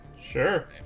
sure